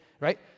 right